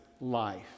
life